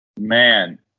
man